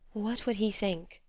what would he think?